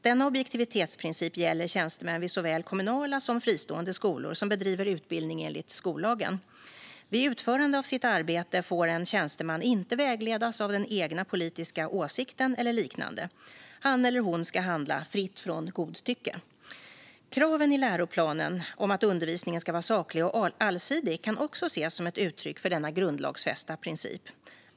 Denna objektivitetsprincip gäller tjänstemän vid såväl kommunala som fristående skolor som bedriver utbildning enligt skollagen. Vid utförande av sitt arbete får en tjänsteman inte vägledas av den egna politiska åsikten eller liknande. Han eller hon ska handla fritt från godtycke. Kraven i läroplanen om att undervisningen ska vara saklig och allsidig kan också ses som ett uttryck för denna grundlagsfästa princip.